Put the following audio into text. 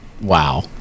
Wow